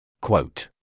Quote